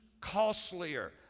costlier